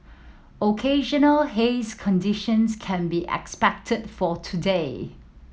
occasional hazy conditions can be expected for today